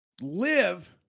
live